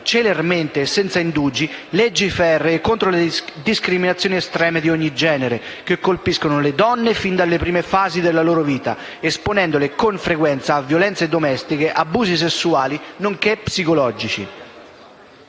celermente e senza indugi, leggi ferree contro le discriminazioni estreme di genere che colpiscono le donne fin dalle prime fasi della loro vita, esponendole con frequenza a violenze domestiche, abusi sessuali nonché psicologici.